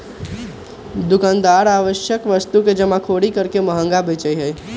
दुकानदार आवश्यक वस्तु के जमाखोरी करके महंगा बेचा हई